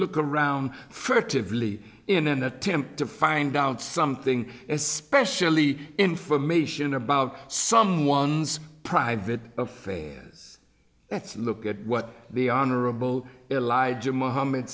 look around furtively in an attempt to find out something especially information about someone's private affairs let's look at what the honorable elijah muhamm